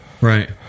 Right